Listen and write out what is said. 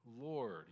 Lord